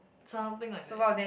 something like that